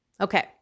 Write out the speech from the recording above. Okay